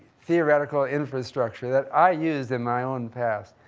theoretical infrastructure that i used in my own past.